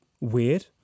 weird